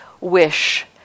wish